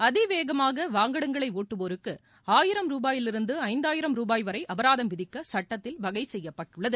அதிவேகமாக வாகனங்களை ஓட்டுவோருக்கு ஆயிரம் ரூபாயிலிருந்து ஐந்தாயிரம் ரூபாய் வரை அபராதம் விதிக்க சட்டத்தில் வகைசெய்யப்பட்டுள்ளது